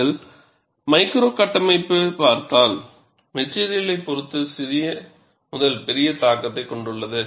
நீங்கள் மைக்ரோ கட்டமைப்பு பார்த்தால் மெட்டிரியலை பொறுத்து சிறிய முதல் பெரிய தாக்கத்தை கொண்டுள்ளது